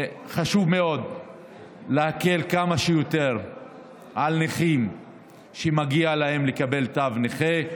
חשוב מאוד להקל כמה שיותר על נכים שמגיע להם לקבל תג נכה,